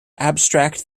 abstract